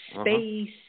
space